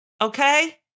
Okay